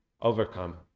overcome